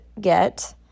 get